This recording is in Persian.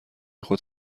خود